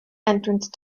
entrance